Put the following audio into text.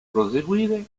proseguire